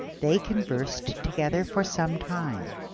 they conversed together for some time,